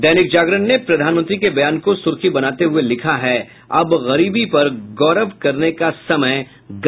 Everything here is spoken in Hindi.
दैनिक जागरण ने प्रधानमंत्री के बयान को सुर्खी बनाते हुये लिखा है अब गरीबी पर गौरव करने का समय गया